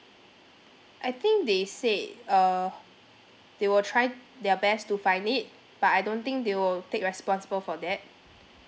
I think they said uh they will try their best to find it but I don't think they will take responsible for that